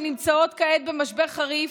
שנמצאות כעת במשבר חריף,